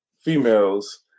females